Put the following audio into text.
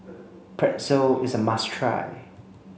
Pretzel is a must try